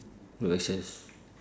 road access